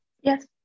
Yes